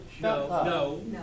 no